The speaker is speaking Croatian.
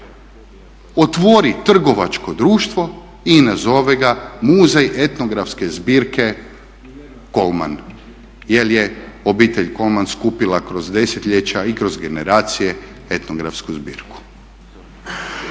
otvori trgovačko društvo i nazove ga Muzej etnografske zbirke Kolman jer je obitelj Kolman skupila kroz desetljeća i kroz generacije etnografsku zbirku.